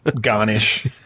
garnish